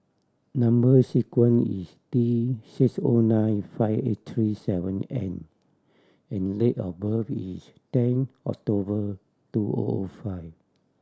number sequence is T six O nine five eight three seven N and date of birth is ten October two O O five